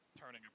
Turning